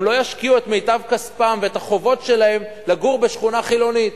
והם לא ישקיעו את מיטב כספם ואת החובות שלהם כדי לגור בשכונה חילונית.